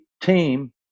team